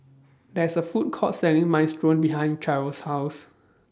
There's A Food Court Selling Minestrone behind Cheryll's House